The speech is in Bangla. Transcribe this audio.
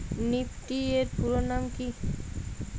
নিফটি এর পুরোনাম কী?